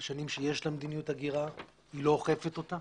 בשנים שיש לה מדיניות הגירה, היא לא אוכפת אותה.